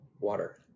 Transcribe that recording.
Water